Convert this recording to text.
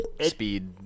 speed